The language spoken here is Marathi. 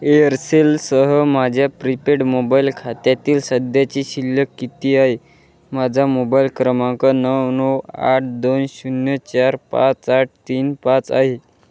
एअरसेलसह माझ्या प्रीपेड मोबाईल खात्यातील सध्याची शिल्लक किती आहे माझा मोबाईल क्रमांक नऊ नऊ आठ दोन शून्य चार पाच आठ तीन पाच आहे